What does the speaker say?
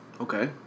Okay